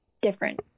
different